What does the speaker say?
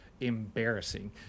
embarrassing